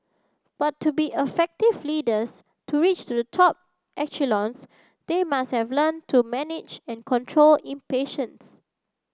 but to be effective leaders to reach the top echelons they must learn to manage and control in impatience